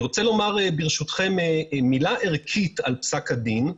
אני רוצה לומר, ברשותכם, מילה ערכית על פסק הדין,